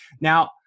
Now